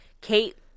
Kate